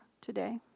today